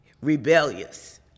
rebellious